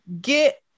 get